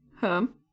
home